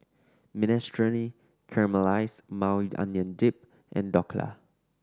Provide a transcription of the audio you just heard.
Minestrone Caramelized Maui Onion Dip and Dhokla